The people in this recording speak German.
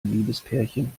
liebespärchen